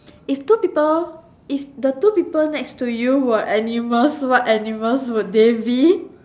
if two people if the two people next to you were animals what animals would they be